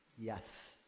Yes